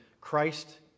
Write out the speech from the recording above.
Christ